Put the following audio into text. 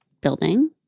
building